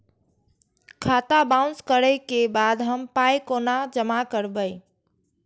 खाता बाउंस करै के बाद हम पाय कोना जमा करबै?